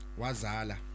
wazala